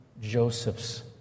Joseph's